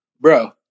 bro